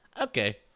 Okay